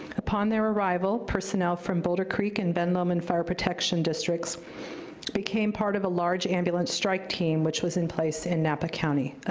upon their arrival, personnel from boulder creek and ben lomond fire protection districts became part of a large ambulance strike team. which was in place in napa county,